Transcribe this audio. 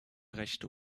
rechte